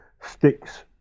sticks